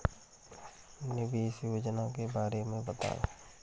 निवेश योजना के बारे में बताएँ?